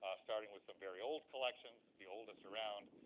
starting with some very old collections. it's the oldest around.